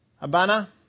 Abana